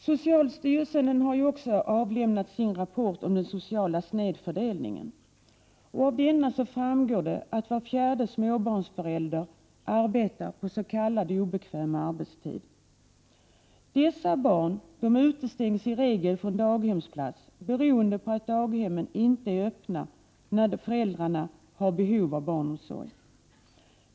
Socialstyrelsen har nu avlämnat sin rapport om den sociala snedfördelningen. Av denna framgår att var fjärde småbarnsförälder arbetar på s.k. obekväm arbetstid. Barn till dessa föräldrar utestängs i regel från daghemsplats beroende på att daghemmen inte är öppna när dessa föräldrar har behov av barnomsorg.